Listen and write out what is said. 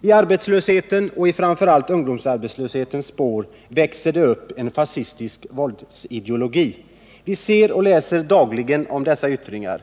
I arbetslöshetens — och framför allt i ungdomsarbetslöshetens — spår växer det upp en fascistisk våldsideologi. Vi ser och läser dagligen om dess yttringar.